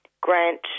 grant